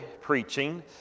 preaching